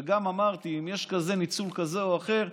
וגם אמרתי: אם יש ניצול כזה או אחר,